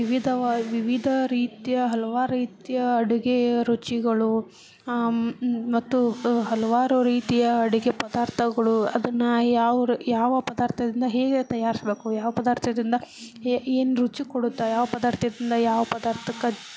ವಿವಿಧ ವಿವಿಧ ರೀತಿಯ ಹಲ್ವಾರು ರೀತಿಯ ಅಡುಗೆಯ ರುಚಿಗಳು ಮತ್ತು ಹಲವಾರು ರೀತಿಯ ಅಡುಗೆ ಪದಾರ್ಥಗಳು ಅದನ್ನು ಯಾವ ಯಾವ ಪದಾರ್ಥದಿಂದ ಹೇಗೆ ತಯಾರಿಸ್ಬೇಕು ಯಾವ ಪದಾರ್ಥದಿಂದ ಏ ಏನು ರುಚಿ ಕೊಡುತ್ತೆ ಯಾವ ಪದಾರ್ಥದಿಂದ ಯಾವ ಪದಾರ್ಥಕ್ಕೆ